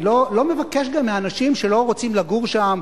אני לא מבקש גם מאנשים שלא רוצים לגור שם,